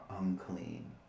unclean